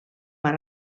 ara